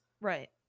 Right